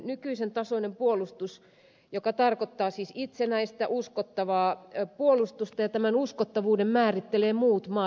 nykyisen tasoinen puolustus tarkoittaa siis itsenäistä uskottavaa puolustusta ja tämän uskottavuuden määrittelevät muut maat